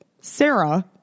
Sarah